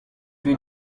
you